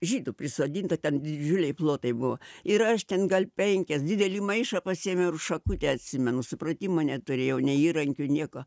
žydų prisodinta ten didžiuliai plotai buvo ir aš ten gal penkias didelį maišą pasiėmiau ir šakutę atsimenu supratimo neturėjau nei įrankių nieko